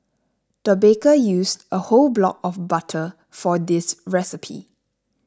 the baker used a whole block of butter for this recipe